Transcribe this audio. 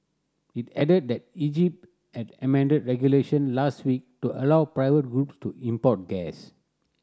it added that Egypt had amended regulation last week to allow private group to import gas